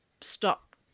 stop